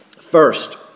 First